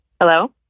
Hello